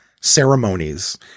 ceremonies